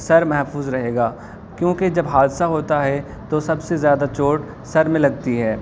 سر محفوظ رہے گا کیوںکہ جب حادثہ ہوتا ہے تو سب سے زیادہ چوٹ سر میں لگتی ہے